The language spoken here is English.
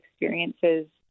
experiences